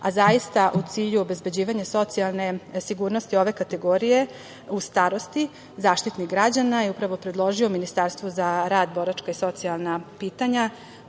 a zaista u cilju obezbeđivanja socijalne sigurnosti ove kategorije u starosti, Zaštitnik građana je upravo predložio Ministarstvu za rad, boračka i socijalna pitanja,